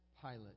Pilate